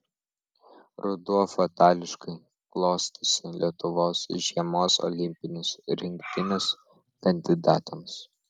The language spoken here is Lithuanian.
ruduo fatališkai klostosi lietuvos žiemos olimpinės rinktinės kandidatams